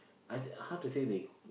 I how to say they cook